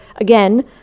again